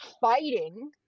fighting